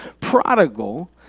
prodigal